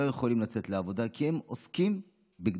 הם לא יכולים לצאת לעבודה, כי הם עוסקים בקדושה.